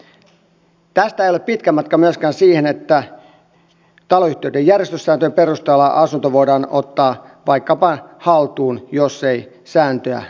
tästä ei ole pitkä matka myöskään siihen että taloyhtiöiden järjestyssääntöjen perusteella asunto voidaan ottaa vaikkapa haltuun jos ei sääntöä noudateta